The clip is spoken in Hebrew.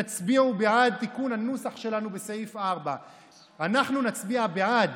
תצביעו בעד תיקון הנוסח שלנו בסעיף 4. אנחנו נצביע בעד